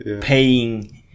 paying